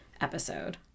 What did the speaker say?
episode